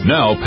Now